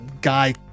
guy